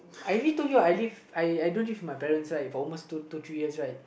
I already told I live I don't live with my parents right for almost two two three years right